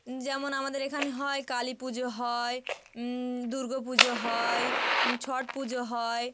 যেমন আমাদের এখানে হয় কালী পুজো হয় দুর্গা পুজো হয় ছট পুজো হয়